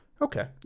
Okay